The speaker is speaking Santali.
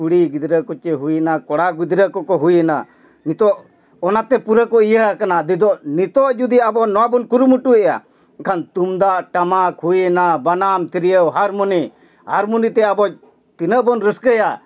ᱠᱩᱲᱤ ᱜᱤᱫᱽᱨᱟᱹ ᱠᱚ ᱪᱮ ᱦᱩᱭᱮᱱᱟ ᱠᱚᱲᱟ ᱜᱤᱫᱽᱨᱟᱹ ᱠᱚᱠᱚ ᱦᱩᱭᱮᱱᱟ ᱱᱤᱛᱳᱜ ᱚᱱᱟᱛᱮ ᱯᱩᱨᱟᱹᱠᱚ ᱤᱭᱟᱹ ᱟᱠᱟᱱᱟ ᱱᱤᱛᱳᱜ ᱡᱩᱫᱤ ᱟᱵᱚ ᱱᱚᱣᱟ ᱵᱚᱱ ᱠᱩᱨᱩᱢᱩᱴᱩᱭᱮᱫᱟ ᱮᱱᱠᱷᱟᱱ ᱛᱩᱢᱫᱟᱜ ᱴᱟᱢᱟᱠ ᱦᱩᱭᱮᱱᱟ ᱵᱟᱱᱟᱢ ᱛᱤᱨᱭᱳ ᱦᱟᱨᱢᱚᱱᱤ ᱦᱟᱨᱢᱚᱱᱤᱛᱮ ᱟᱵᱚ ᱛᱤᱱᱟᱹᱜ ᱵᱚᱱ ᱨᱟᱹᱥᱠᱟᱹᱭᱟ